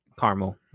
caramel